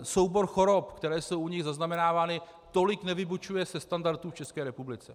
Soubor chorob, které jsou u nich zaznamenávány, tolik nevybočuje ze standardů v České republice.